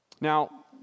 Now